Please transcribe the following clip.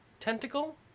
tentacle